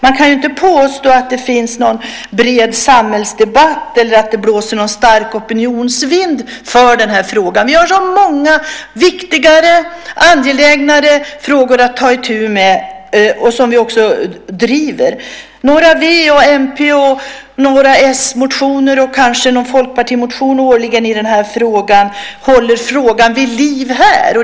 Man kan inte påstå att det finns någon bred samhällsdebatt i den här frågan eller att det blåser någon stark opinionsvind. Det finns många frågor som är viktigare och angelägnare att ta itu med, som vi också driver. Några v-, mp-, s och kanske fp-motioner per år i den här frågan hjälper till att hålla den vid liv här.